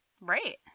Right